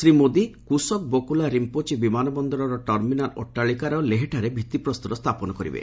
ଶ୍ରୀ ମୋଦି କୁଶୋଖ୍ ବକୁଲା ରିମ୍ପୋଚି ବିମାନ ବନ୍ଦରର ଟର୍ମିନାଲ୍ ଅଟ୍ଟାଳିକାର ଲେହଠାରେ ଭିଭିପ୍ରସ୍ତର ସ୍ଥାପନ କରିବେ